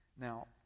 Now